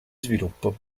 sviluppo